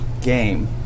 Game